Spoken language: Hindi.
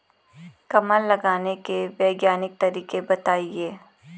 कमल लगाने के वैज्ञानिक तरीके बताएं?